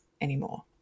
anymore